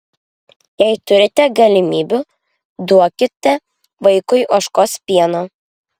jei turite galimybių duokite vaikui ožkos pieno